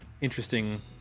interesting